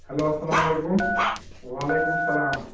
hello اَسلامُ علیکُم وعلیکُم سلام